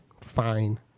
Fine